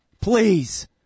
Please